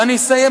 ואני אסיים,